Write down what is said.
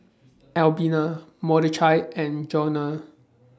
Albina Mordechai and Juana